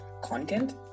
content